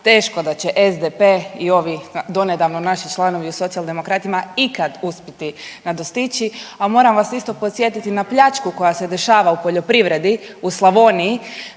teško da će SDP i ovi donedavno naši članovi u Socijaldemokratima ikad uspjeti nadostići, a moram vas isto podsjetiti na pljačku koja se dešava u poljoprivredi u Slavoniji,